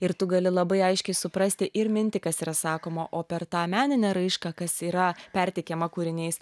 ir tu gali labai aiškiai suprasti ir mintį kas yra sakoma o per tą meninę raišką kas yra perteikiama kūriniais